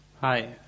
Hi